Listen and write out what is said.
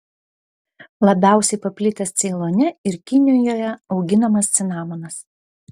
labiausiai paplitęs ceilone ir kinijoje auginamas cinamonas